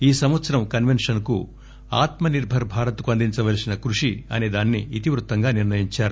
ఈ సంవత్సరం కన్వెన్షన్ కు ఆత్మనిర్బర్ భారత్ కు అందించవలసిన కృషి అనే దాన్ని ఇతివృత్తంగా నిర్ణయించారు